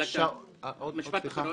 עוד משפט, סליחה.